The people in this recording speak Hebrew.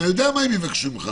אתה יודע מה הם יבקשו ממך,